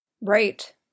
Right